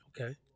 Okay